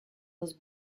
was